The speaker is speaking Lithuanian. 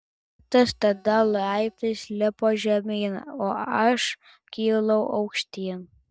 poetas tada laiptais lipo žemyn o aš kilau aukštyn